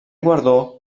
guardó